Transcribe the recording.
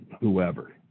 whoever